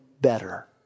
better